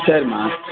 சரிம்மா